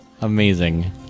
Amazing